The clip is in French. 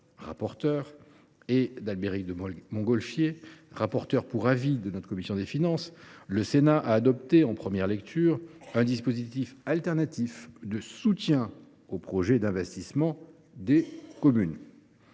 rapporteur, et d’Albéric de Montgolfier, rapporteur pour avis de la commission des finances, il a adopté en première lecture un dispositif de remplacement de soutien aux projets d’investissement des communes.